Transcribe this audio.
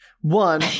One